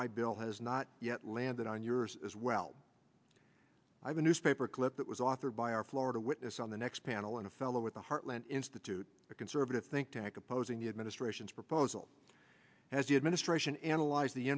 my bill has not yet landed on yours as well i've been newspaper clip that was authored by our florida witness on the next panel and a fellow at the heartland institute a conservative think tank opposing the administration's proposal as the administration analyze the